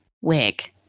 wig